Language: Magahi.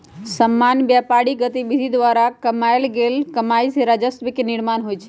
सामान्य व्यापारिक गतिविधि द्वारा कमायल गेल कमाइ से राजस्व के निर्माण होइ छइ